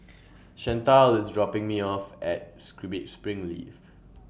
Chantal IS dropping Me off At Springleaf